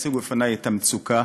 הציגו בפני את המצוקה